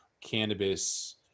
cannabis